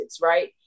right